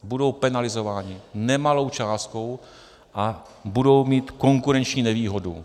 Budou penalizovány nemalou částkou a budou mít konkurenční nevýhodu.